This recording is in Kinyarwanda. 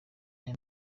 aya